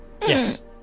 Yes